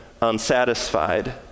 unsatisfied